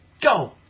go